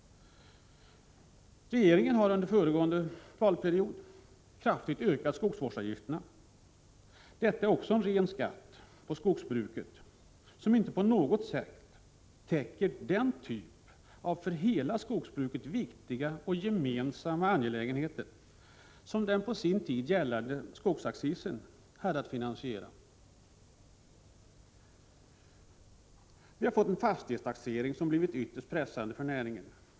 Regeringen har under föregående valperiod kraftigt ökat skogsvårdsavgifterna. Detta är också en ren skatt på skogsbruket, som inte på något sätt täcker den typ av för hela skogsbruket viktiga gemensamma angelägenheter som den på sin tid gällande skogsaccisen hade att finansiera. Vi har fått en fastighetstaxering som har blivit ytterst pressande för - näringen.